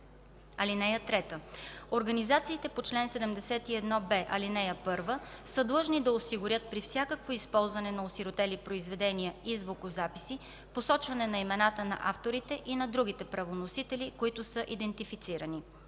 тях. (3) Организациите по чл. 71б, ал. 1 са длъжни да осигурят при всякакво използване на осиротели произведения и звукозаписи посочване на имената на авторите и на другите правоносители, които са идентифицирани.